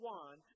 one